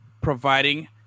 providing